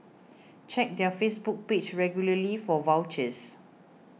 check their Facebook page regularly for vouchers